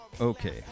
okay